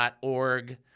org